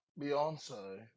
beyonce